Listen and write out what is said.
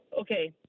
Okay